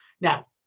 Now